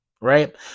right